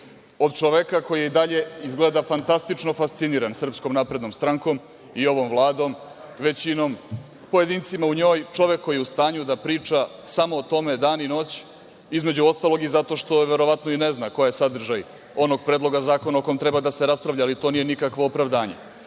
Od čoveka koji je i dalje izgleda fantastično fasciniran SNS i ovom Vladom, većinom, pojedincima u njoj, čovek koji je u stanju da priča samo o tome dan i noć. Između ostalog i zato što verovatno i ne zna koji je sadržaj onog predloga zakona o kome treba da se raspravlja, ali to nije nikakvo opravdanje. Dakle,